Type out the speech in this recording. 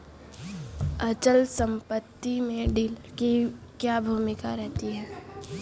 अचल संपत्ति में यील्ड की क्या भूमिका रहती है?